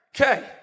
Okay